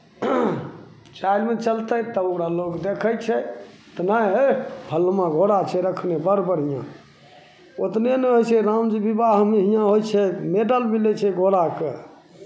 चालिमे चलतै तब ओकरा लोक देखै छै तऽ नहि हे फल्लन्वा घोड़ा छै रखने बड़ बढ़िआँ उतने नहि होइ छै रामजी विवाहमे हिआँ होइ छै मैडल मिलै छै घोड़ाकेँ